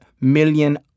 million